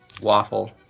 Waffle